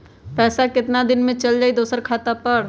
पैसा कितना दिन में चल जाई दुसर खाता पर?